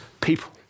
people